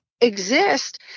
exist